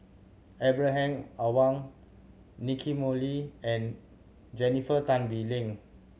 Ibrahim Awang Nicky Moey and Jennifer Tan Bee Leng